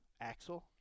Axel